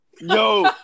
Yo